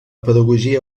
pedagogia